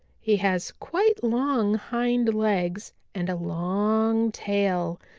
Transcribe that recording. he has quite long hind legs and a long tail,